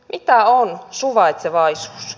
mitä on suvaitsevaisuus